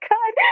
God